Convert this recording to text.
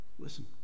Listen